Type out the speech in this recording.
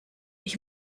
ich